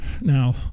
Now